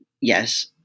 yes